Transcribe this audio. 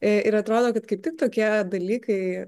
ir atrodo kad kaip tik tokie dalykai